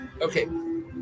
okay